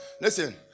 Listen